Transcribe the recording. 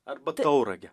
arba tauragę